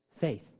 faith